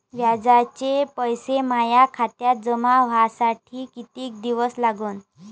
व्याजाचे पैसे माया खात्यात जमा व्हासाठी कितीक दिवस लागन?